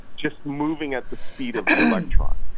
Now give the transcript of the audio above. just moving at the speed of the electrons.